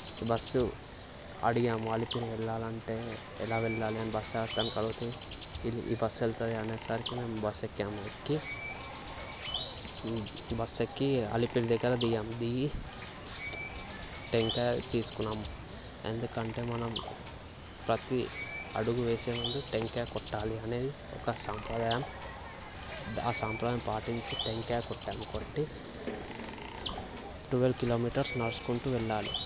bus అడిగాము అలిపిరి వెళ్ళాలంటే ఎలా వెళ్లాలని బస్సు అతనిని అడిగితే ఈ బస్సు వెళుతుంది అనేసరికి మేము బస్ ఎక్కాము బస్ ఎక్కి అలిపిరి దగ్గర దిగాము దిగి టెంకాయ తీసుకున్నాము ఎందుకంటే మనం ప్రతి అడుగు వేసే ముందు టెంకాయ కొట్టాలి అనేది ఒక సాంప్రదాయం ఆ సాంప్రదాయం పాటించి టెంకాయ కొట్టాము కొట్టి ట్వల్వ్ కిలోమీటర్స్ నడుచుకుంటు వెళ్ళాలి